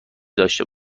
داشته